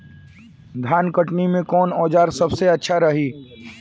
धान कटनी मे कौन औज़ार सबसे अच्छा रही?